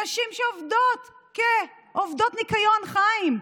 נשים שעובדות כעובדות ניקיון, חיים,